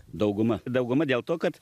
dauguma dauguma dėl to kad